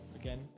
Again